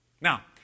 Now